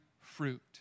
fruit